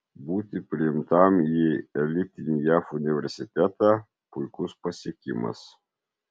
būti priimtam į elitinį jav universitetą puikus pasiekimas